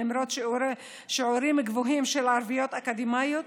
למרות שיעורים גבוהים של ערביות אקדמאיות.